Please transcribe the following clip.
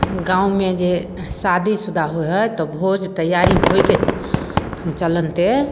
गाममे जे शादीशुदा होइ हइ तऽ भोज तैआरी होइके चलिते